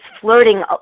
flirting